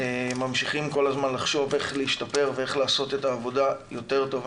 ממשיכים כל הזמן לחשוב איך להשתפר ואיך לעשות את העבודה יותר טוב.